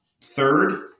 third